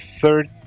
third